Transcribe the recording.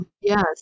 Yes